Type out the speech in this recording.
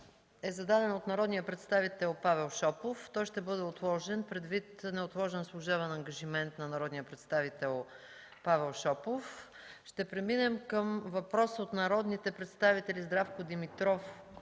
е зададен от народния представител Павел Шопов. Той ще бъде отложен предвид неотложен служебен ангажимент на народния представител Павел Шопов. Ще преминем към въпроса от народните представители Здравко Димитров,